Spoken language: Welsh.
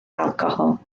alcohol